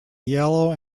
yellow